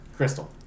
Crystal